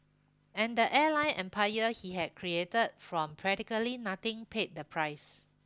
and the airline empire he had created from practically nothing paid the price